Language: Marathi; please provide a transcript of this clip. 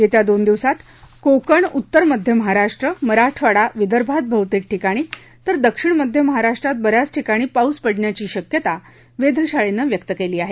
येत्या दोन दिवसात कोकण उत्तर मध्य महाराष्ट्र मराठवाडा विदर्भात बहुतेक ठिकाणी तर दक्षिण मध्य महाराष्ट्रात ब याच ठिकाणी पाऊस पडण्याची शक्यता वेधशाळेने व्यक्त केली आहे